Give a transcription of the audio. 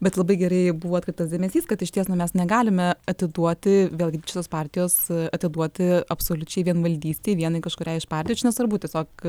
bet labai gerai buvo atkreiptas dėmesys kad išties na mes negalime atiduoti vėlgi šitos partijos atiduoti absoliučiai vienvaldystei vienai kažkuriai iš partijų čia nesvarbu tiesiog